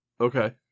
Okay